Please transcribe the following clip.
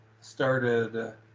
started